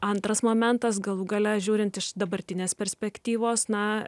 antras momentas galų gale žiūrint iš dabartinės perspektyvos na